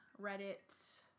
Reddit